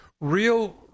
real